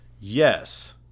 Yes